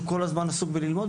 שהוא כל הזמן עסוק בללמוד,